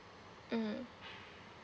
mm